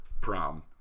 prom